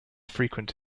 frequent